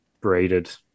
braided